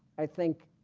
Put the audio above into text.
i think